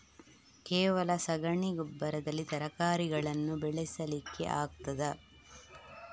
ಕೇವಲ ಸಗಣಿ ಗೊಬ್ಬರದಲ್ಲಿ ತರಕಾರಿಗಳನ್ನು ಬೆಳೆಸಲಿಕ್ಕೆ ಆಗ್ತದಾ?